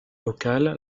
locale